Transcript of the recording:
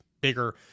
bigger